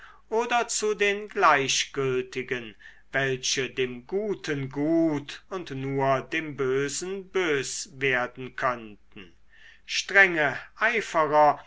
oder zu den gleichgültigen welche dem guten gut und nur dem bösen bös werden könnten strenge eiferer